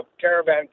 caravan